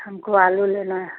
हमको आलू लेना है